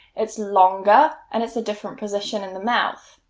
it's longer and it's a different position in the mouth,